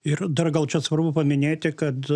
ir dar gal čia svarbu paminėti kad